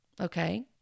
Okay